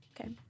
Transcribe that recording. Okay